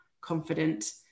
confident